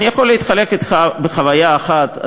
אני יכול לחלוק אתך חוויה אחת,